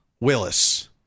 Willis